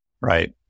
right